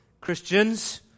Christians